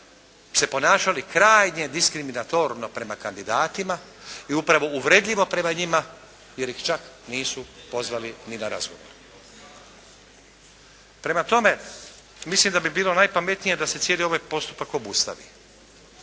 se ponašali krajnje diskriminatorno prema kandidatima i upravo uvredljivo prema njima jer ih čak nisu pozvali ni na razgovor. Prema tome mislim da bi bilo najpametnije da se cijeli ovaj postupak obustavi.